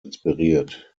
inspiriert